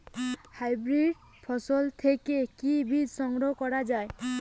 Hybrid ফসল থেকে কি বীজ সংগ্রহ করা য়ায়?